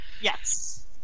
Yes